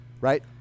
right